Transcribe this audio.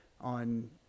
on